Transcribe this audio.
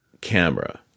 camera